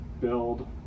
build